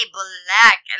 black